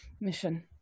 mission